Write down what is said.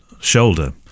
shoulder